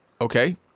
okay